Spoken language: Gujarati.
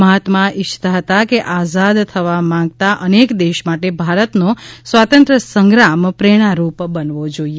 મહાત્મા ઇચ્છતા હતા કે આઝાદ થવા માંગતા અનેક દેશમાટે ભારત નો સ્વાતંત્ર્ય સંગ્રામ પ્રેરણારૂપ બનવો જોઈએ